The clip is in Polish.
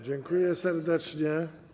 Dziękuję serdecznie.